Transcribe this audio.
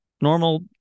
normal